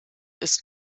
ist